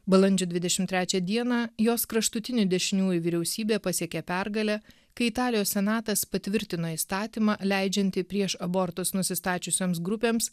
balandžio dvidešim trečią dieną jos kraštutinių dešiniųjų vyriausybė pasiekė pergalę kai italijos senatas patvirtino įstatymą leidžiantį prieš abortus nusistačiusioms grupėms